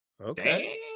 Okay